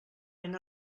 ben